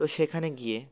তো সেখানে গিয়ে